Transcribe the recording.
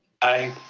aye.